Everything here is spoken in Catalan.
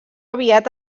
aviat